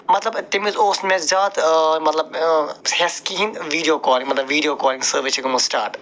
مطلب تٔمِس اوس مےٚ زیادٕ مطلب ہٮ۪س کِہیٖنۍ ویٖڈیو کالہِ مطلب ویٖڈیو کالِنٛگ سٔروِس چھِ گٔمٕژ سِٹاٹ